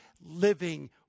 living